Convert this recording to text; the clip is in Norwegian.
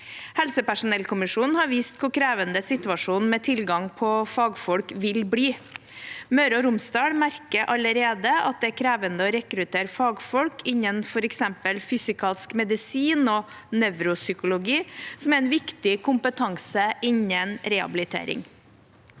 Helsepersonellkommisjonen har vist hvor krevende situasjonen med tilgang på fagfolk vil bli. Møre og Romsdal merker allerede at det er krevende å rekruttere fagfolk innen f.eks. fysikalsk medisin og nevropsykologi, som er viktige kompetanser innen rehabilitering.